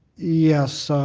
yes.